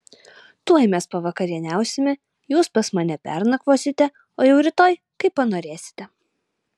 tuoj mes pavakarieniausime jūs pas mane pernakvosite o jau rytoj kaip panorėsite